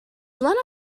lena